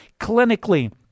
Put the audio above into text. clinically